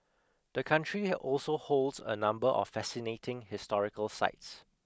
the country also holds a number of fascinating historical sites